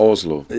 Oslo